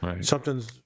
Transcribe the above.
Something's